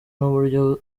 n’uburyo